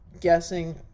guessing